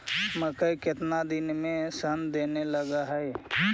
मकइ केतना दिन में शन देने लग है?